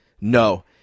no